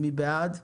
מי בעד?